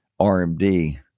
RMD